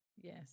Yes